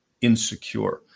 insecure